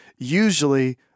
usually